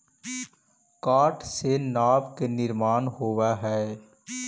काठ से नाव के निर्माण होवऽ हई